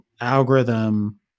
algorithm